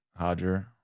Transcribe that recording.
Hodger